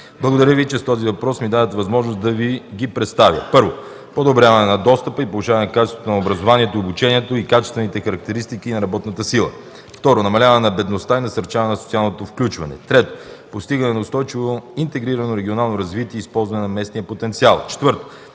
Благодаря Ви, че с този въпрос ми давате възможност да Ви ги представя. Първо, подобряване на достъпа и повишаване качеството на образованието и обучението и качествените характеристики на работната сила. Второ, намаляване на бедността и насърчаване на социалното включване. Трето, постигане на устойчиво интегрирано регионално развитие и използване на местния потенциал. Четвърто,